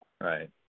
Right